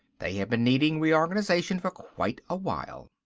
they have been needing reorganization for quite a while.